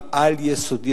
בעל-יסודי,